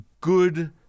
good